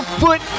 foot